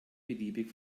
beliebig